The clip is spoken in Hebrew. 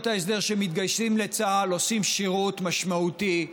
ההסדר שמתגייסים לצה"ל עושים שירות משמעותי,